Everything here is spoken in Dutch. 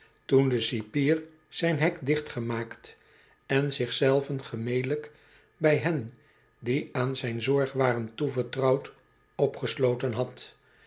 toen de cipier zijn hek dicht gemaakt en zich zelven gemelijk bij hen die aan zijn zorg waren toevertrouwd opgesloten had